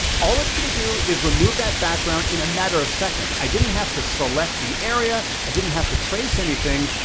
all it's gonna do is remove that background in a matter of seconds. i didn't have to select the area. i didn't have to trace anything,